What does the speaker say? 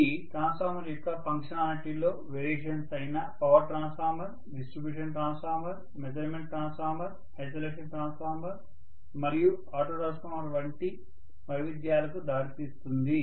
ఇది ట్రాన్స్ఫార్మర్ యొక్క ఫంక్షనాలిటీలో వేరియేషన్స్ అయిన power transformer distribution transformer measurement transformer isolation transformer మరియు ఆటో ట్రాన్స్ఫార్మర్ వంటి వైవిధ్యాలకు దారితీస్తుంది